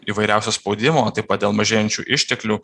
įvairiausio spaudimo taip pat dėl mažėjančių išteklių